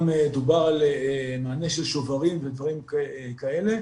דובר על מענה של שוברים ודברים כאלה,